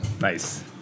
nice